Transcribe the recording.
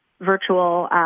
virtual